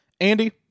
andy